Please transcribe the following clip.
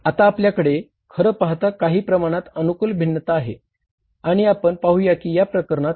आता आपल्याकडे खरं पाहता काही प्रमाणात अनुकूल भिन्नता झाले आहे